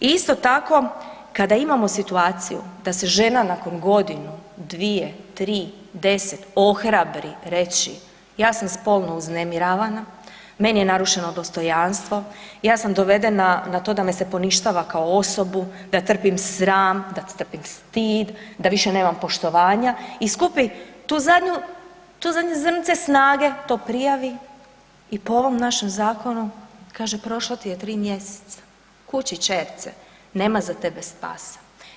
I isto tako, kada imamo situaciju da se žena nakon godinu, dvije, tri, deset ohrabri reći ja sam spolno uznemiravana, meni je narušeno dostojanstvo, ja sam dovedena na to da me se poništava kao osobu, da trpim sram, da trpim stid, da više nemam poštovanja i skupim tu zadnju, to zadnje zrnce snage to prijavi i po ovom našem zakonu kaže prošlo ti je 3 mjeseca, kući ćerce, nema za tebe spasa.